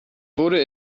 wurde